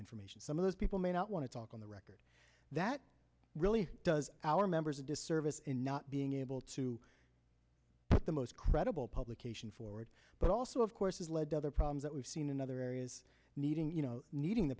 information some of those people may not want to talk on the record that really does our members a disservice in not being able to put the most credible publication forward but also of course has led to other problems that we've seen in other areas needing you know needing the